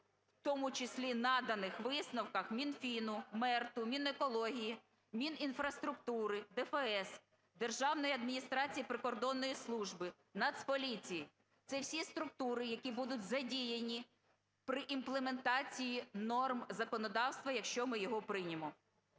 в тому числі наданих висновках Мінфіну, МЕРТу, Мінекології, Мінінфраструктури, ДФС, Державної адміністрації прикордонної служби, Нацполіції. Це всі структури, які будуть задіяні при імплементації норм законодавства, якщо ми його приймемо.